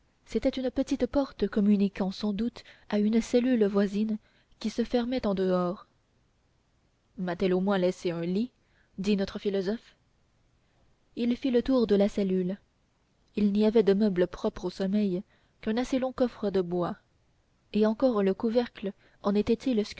c'était une petite porte communiquant sans doute à une cellule voisine qui se fermait en dehors m'a-t-elle au moins laissé un lit dit notre philosophe il fit le tour de la cellule il n'y avait de meuble propre au sommeil qu'un assez long coffre de bois et encore le couvercle en était-il